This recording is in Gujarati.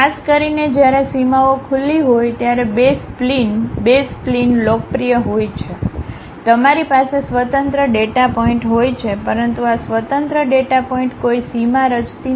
ખાસ કરીને જ્યારે સીમાઓ ખુલ્લી હોય ત્યારે બે સ્પ્લિન બેઝ સ્પ્લિન લોકપ્રિય હોય છે તમારી પાસે સ્વતંત્ર ડેટા પોઇન્ટ હોય છે પરંતુ આ સ્વતંત્ર ડેટા પોઇન્ટ કોઈ સીમા રચતા નથી